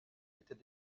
était